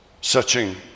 searching